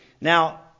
Now